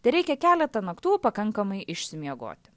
tereikia keletą naktų pakankamai išsimiegoti